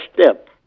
step